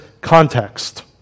context